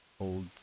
old